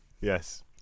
Yes